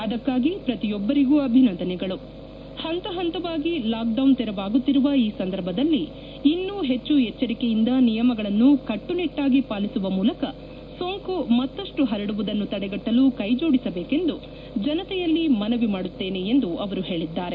ಅದಕ್ಕಾಗಿ ಪ್ರತಿಯೊಬ್ಬರಿಗೂ ಅಭಿನಂದನೆಗಳು ಪಂತ ಪಂತವಾಗಿ ಲಾಕ್ಡೌನ್ ತೆರವಾಗುತ್ತಿರುವ ಈ ಸಂದರ್ಭದಲ್ಲಿ ಇನ್ನು ಹೆಚ್ಚು ಎಚ್ವರಿಕೆಯಿಂದ ನಿಯಮಗಳನ್ನು ಕಟ್ಟನಿಟ್ಲಾಗಿ ಪಾಲಿಸುವ ಮೂಲಕ ಸೋಂಕು ಮತ್ತಷ್ಟು ಪರಡುವುದನ್ನು ತಡೆಗಟ್ಟಲು ಕ್ಕೆಜೊಡಿಸಬೇಕೆಂದು ಜನತೆಯಲ್ಲಿ ಮನವಿ ಮಾಡುತ್ತೇನೆ ಎಂದು ಅವರು ಹೇಳಿದ್ದಾರೆ